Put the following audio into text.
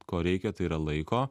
ko reikia tai yra laiko